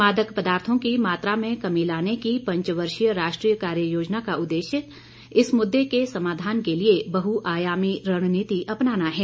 मादक पदार्थों की मात्रा में कमी लाने की पंचवर्षीय राष्ट्रीय कार्ययोजना का उद्देश्य इस मुद्दे के समाधान के लिए बहुआयामी रणनीति अपनाना है